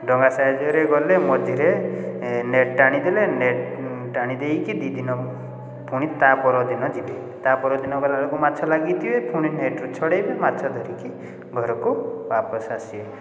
ଡଙ୍ଗା ସାହାଯ୍ୟରେ ଗଲେ ମଝିରେ ଏ ନେଟ୍ ଟାଣି ଦେଲେ ନେଟ୍ ଟାଣି ଦେଇକି ଦୁଇଦିନ ପୁଣି ତା' ପରଦିନ ଯିବେ ତା' ପରଦିନ ଗଲାବେଳକୁ ମାଛ ଲାଗି ଯାଇଥିବେ ପୁଣି ନେଟ୍ରୁ ଛଡ଼େଇବେ ମାଛ ଧରିକି ଘରକୁ ବାପସ ଆସିବେ